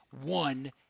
one